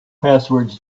passwords